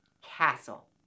castle